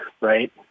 right